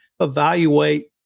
evaluate